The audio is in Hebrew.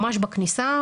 ממש בכניסה,